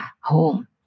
home